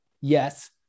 yes